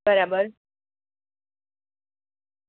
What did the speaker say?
બરાબર